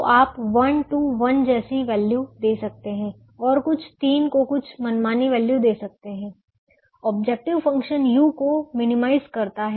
तो आप 1 2 1 जैसी वैल्यू दे सकते हैं और कुछ 3 को कुछ मनमानी वैल्यू दे सकते हैं ऑब्जेक्टिव फ़ंक्शन u को मिनिमाइज करता है